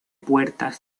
puertas